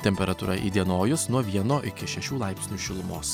temperatūra įdienojus nuo vieno iki šešių laipsnių šilumos